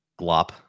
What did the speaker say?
glop